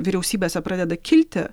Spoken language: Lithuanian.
vyriausybėse pradeda kilti